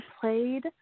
played